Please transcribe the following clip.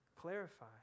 Clarify